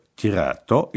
tirato